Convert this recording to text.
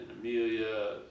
Amelia